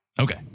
Okay